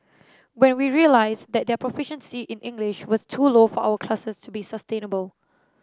but we realised that their proficiency in English was too low for our classes to be sustainable